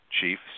Chief